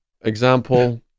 example